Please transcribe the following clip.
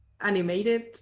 animated